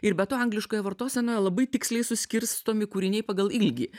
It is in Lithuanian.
ir be to angliškoje vartosenoje labai tiksliai suskirstomi kūriniai pagal ilgį